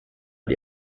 die